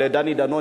לדני דנון,